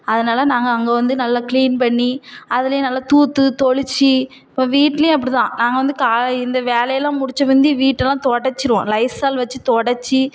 அதனாலே நாங்கள் அங்கே வந்து நல்லா க்ளீன் பண்ணி அதிலையும் நல்லா தூற்று தெளிச்சி இப்போ வீட்லையும் அப்படிதான் நாங்கள் வந்து காலை இந்த வேலையெல்லாம் முடித்த வந்தி வீட்டெல்லாம் தொடைச்சிடுவோம் லைசால் வச்சு தொடச்சு